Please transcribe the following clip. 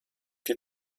die